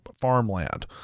farmland